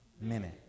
Minute